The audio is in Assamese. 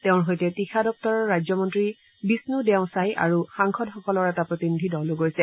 তেওঁৰ সৈতে তীখা দপ্তৰৰ ৰাজ্যমন্ত্ৰী বিষ্ণ দেও ছাই আৰু সাংসদসকলৰ এটা প্ৰতিনিধি দলো গৈছে